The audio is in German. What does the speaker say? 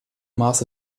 maße